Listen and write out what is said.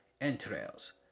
entrails